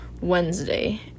Wednesday